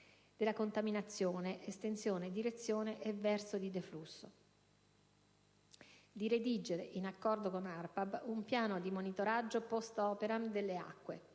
di contaminazione (estensione, direzione e verso di deflusso); di redigere, in accordo con ARPAB, un piano di monitoraggio *post operam* delle acque